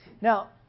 Now